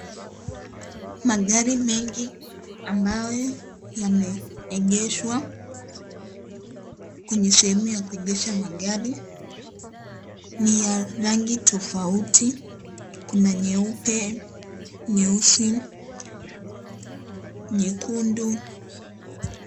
Magari mengi ambayo yame egeshwa kwenye sehemu ya kuegesha magari ni ya rangi tafouti kuna nyeupe, nyeusi, nyekundu.